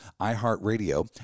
iHeartRadio